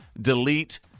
delete